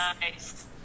nice